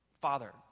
father